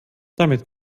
damit